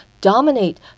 dominate